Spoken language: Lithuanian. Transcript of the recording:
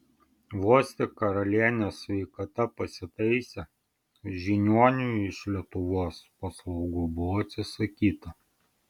vos tik karalienės sveikata pasitaisė žiniuonių iš lietuvos paslaugų buvo atsisakyta